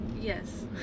Yes